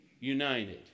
united